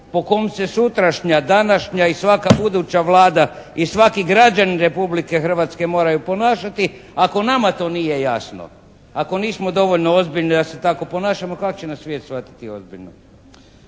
po kom se sutrašnja, današnja i svaka buduća Vlada i svaki građanin Republike Hrvatske moraju ponašati. Ako nama to nije jasno, ako nismo dovoljno ozbiljni da se tako ponašamo, kako će nas svijet shvatiti ozbiljno.